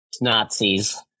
Nazis